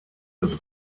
des